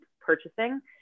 purchasing